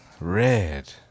Red